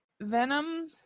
Venom